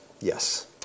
Yes